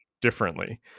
differently